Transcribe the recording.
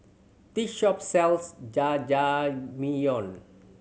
this shop sells